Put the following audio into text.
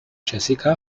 jessica